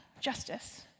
Justice